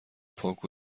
پاک